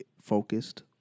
focused